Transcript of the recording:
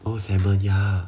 oh salmon ya